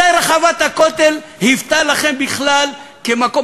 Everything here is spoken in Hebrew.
מתי הייתה רחבת הכותל לכם בכלל כמקום,